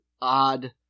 odd